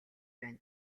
байна